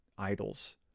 idols